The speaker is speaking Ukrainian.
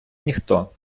ніхто